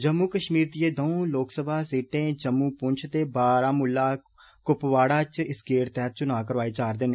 जम्मू कष्मीर दिएं दौंऊ लोकसभा सीटें जम्मू पुंछ ते बारामुला कुपवाड़ा च इस गैड़ तैहत चुना करवाए जारदे न